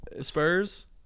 Spurs